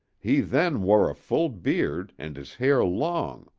he then wore a full beard and his hair long,